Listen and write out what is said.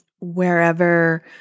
wherever